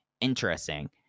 interesting